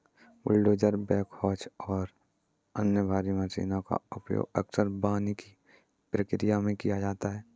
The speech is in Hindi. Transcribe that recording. बुलडोजर बैकहोज और अन्य भारी मशीनों का उपयोग अक्सर वानिकी प्रक्रिया में किया जाता है